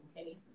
Okay